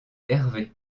herve